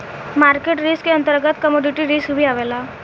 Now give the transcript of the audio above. market risk के अंतर्गत commodity risk भी आवेला